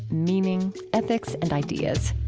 meaning, ethics, and ideas